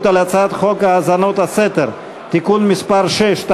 על הצעת חוק האזנות הסתר (תיקון מס' 6),